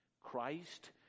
Christ